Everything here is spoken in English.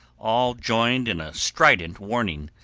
all joined in a strident warning,